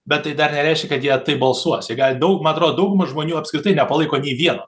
bet tai dar nereiškia kad jie taip balsuos jie gali daug man atrodo dauguma žmonių apskritai nepalaiko nei vieno